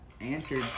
answered